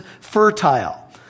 fertile